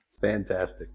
Fantastic